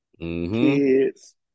kids